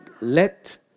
let